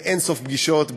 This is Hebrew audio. באין-סוף פגישות,